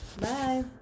Bye